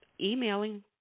emailing